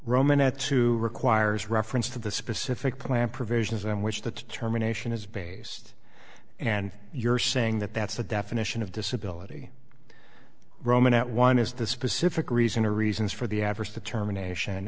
roman at two requires reference to the specific plan provisions on which the terminations is based and you're saying that that's the definition of disability roman that one is the specific reason or reasons for the adverse determination